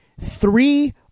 three